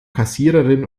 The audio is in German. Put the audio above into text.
kassiererin